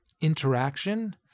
interaction